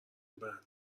بنده